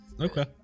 Okay